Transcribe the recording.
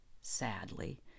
sadly